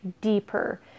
deeper